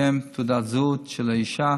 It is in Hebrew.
שם, תעודת זהות של האישה.